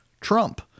Trump